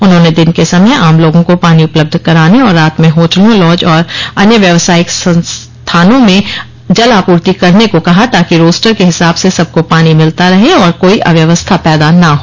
उन्होंने दिन के समय आम लोगों को पानी उपलब्ध कराने और रात में होटलों लॉज और अन्य व्यवसायिक संस्थानों में जल आपूर्ति करने को कहा ताकि रोस्टर के हिसाब से सबको पानी मिलता रहे और कोई अव्यवस्था पैदा न हो